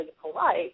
polite